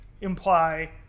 imply